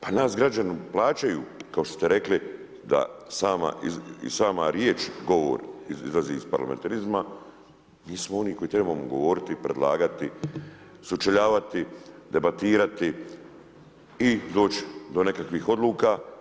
Pa nas građani plaćaju kao što ste rekli da sama riječ govor izlazi iz parlamentarizma, mi smo oni koji trebamo govoriti, predlagati, sučeljavati, debatirati i doć do nekakvih odluka.